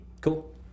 Cool